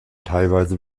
teilweise